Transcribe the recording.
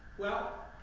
well,